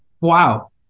Wow